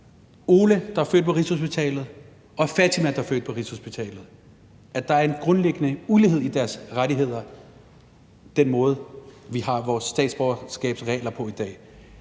Ole, der er født på Rigshospitalet, og Fatima, der er født på Rigshospitalet, er der en grundlæggende ulighed i deres rettigheder, altså i forhold til den måde, som vi har vores statsborgerskabsregler på i dag?